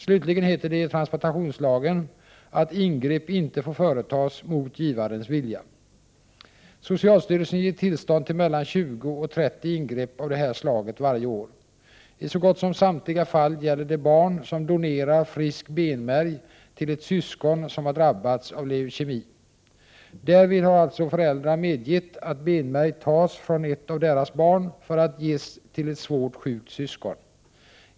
Slutligen heter det i transplantationslagen att ingrepp inte får företas mot givarens vilja. Socialstyrelsen ger tillstånd till mellan 20 och 30 ingrepp av det här slaget varje år. I så gott som samtliga fall gäller det barn som donerar frisk benmärg till ett syskon som har drabbats av leukemi. Därvid har alltså föräldrar medgett att benmärg tas från ett av deras barn för att ges till ett svårt sjukt syskon.